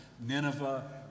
Nineveh